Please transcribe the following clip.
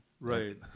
right